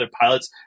pilots